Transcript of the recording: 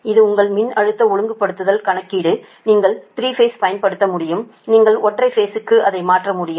இது உங்கள் மின்னழுத்த ஒழுங்குபடுத்துதல் கணக்கீடு நீங்கள் 3 பேஸ் பயன்படுத்த முடியும் நீங்கள் ஒற்றை பேஸ்க்கு அதை மாற்ற முடியும்